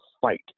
fight